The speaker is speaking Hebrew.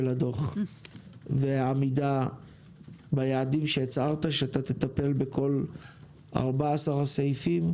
הדוח והעמידה ביעדים שהצהרת שתטפל בכל 14 הסעיפים.